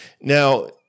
Now